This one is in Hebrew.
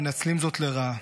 מנצלים זאת לרעה.